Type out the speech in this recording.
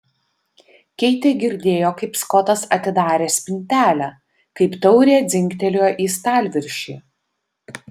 keitė girdėjo kaip skotas atidarė spintelę kaip taurė dzingtelėjo į stalviršį